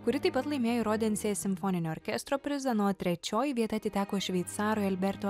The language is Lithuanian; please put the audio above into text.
kuri taip pat laimėjo ir odensės simfoninio orkestro prizą na o trečioji vieta atiteko šveicarui alberto